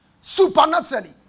supernaturally